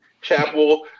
chapel